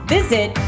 Visit